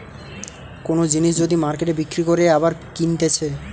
কোন জিনিস যদি মার্কেটে বিক্রি করে আবার কিনতেছে